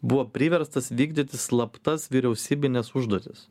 buvo priverstas vykdyti slaptas vyriausybines užduotis